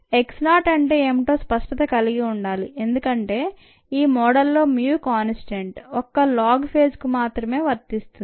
x 0 అంటే ఏమిటో స్పష్టత కలిగి ఉండాలి ఎందుకంటే ఈ మోడల్ లో MU కాన్స్టాంట్ ఒక్క లోగ్ ఫేజ్ కు మాత్రమే వర్తిస్తుంది